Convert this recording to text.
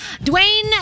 Dwayne